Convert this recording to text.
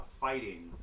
fighting